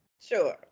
Sure